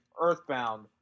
earthbound